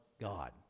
God